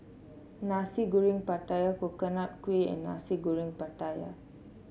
Nasi Goreng Pattaya Coconut Kuih and Nasi Goreng Pattaya